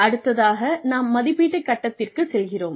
அடுத்ததாக நாம் மதிப்பீட்டுக் கட்டத்திற்குச் செல்கிறோம்